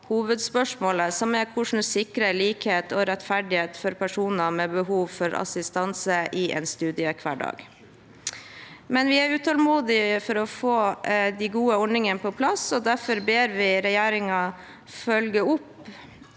hovedspørsmålet, som er hvordan vi sikrer likhet og rettferdighet for personer med behov for assistanse i en studiehverdag. Vi er utålmodige etter å få de gode ordningene på plass, og derfor ber vi regjeringen snarest